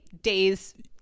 days